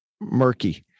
murky